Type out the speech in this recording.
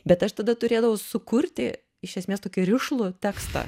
bet aš tada turėdavau sukurti iš esmės tokį rišlų tekstą